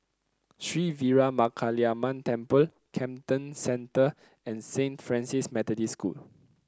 Sri Veeramakaliamman Temple Camden Centre and Saint Francis Methodist School